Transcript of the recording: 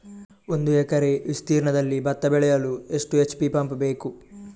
ಒಂದುಎಕರೆ ವಿಸ್ತೀರ್ಣದಲ್ಲಿ ಭತ್ತ ಬೆಳೆಯಲು ಎಷ್ಟು ಎಚ್.ಪಿ ಪಂಪ್ ಬೇಕು?